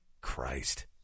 Christ